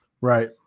Right